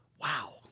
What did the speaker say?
Wow